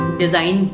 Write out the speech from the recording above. design